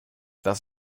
das